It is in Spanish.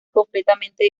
completamente